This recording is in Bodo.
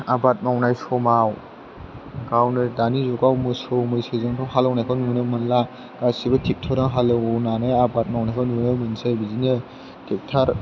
आबाद मावनाय समाव गावनो दानि जुगाव मोसौ मैसोजोंथ' हालेवनायखौ नुनो मोनला गासैबो थेक्ट'राव हालेवनानै आबाद मावनायखौ नुनो मोनोसै बिदिनो थ्रेक्ट'र